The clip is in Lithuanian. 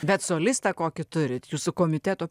bet solistą kokį turit jūsų komiteto